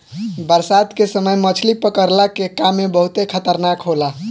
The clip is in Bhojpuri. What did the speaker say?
बरसात के समय मछली पकड़ला के काम बहुते खतरनाक होला